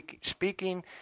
speaking